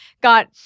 got